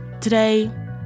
Today